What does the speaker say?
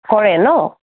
কৰে ন